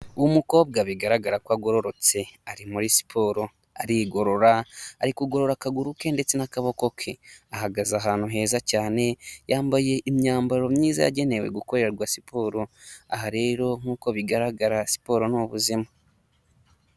Umukobwa bigaragara ko agororotse ari muri siporo arigorora, arikugorora akaguru ke ndetse n'akaboko ke. Ahagaze ahantu heza cyane, yambaye imyambaro myiza yagenewe gukorerwa siporo. Aha rero nk'uko bigaragara siporo ni ubuzima.